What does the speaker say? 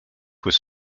was